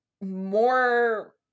more